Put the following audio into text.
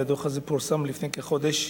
והדוח הזה פורסם לפני כחודש.